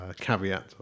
caveat